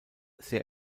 sehr